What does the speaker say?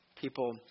People